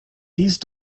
these